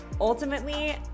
Ultimately